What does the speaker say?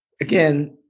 again